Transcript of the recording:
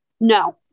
No